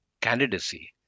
candidacy